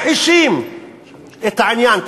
מכחישים את העניין,